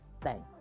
Thanks